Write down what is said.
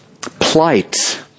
plight